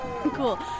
Cool